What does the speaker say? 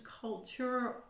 culture